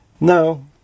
No